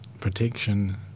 protection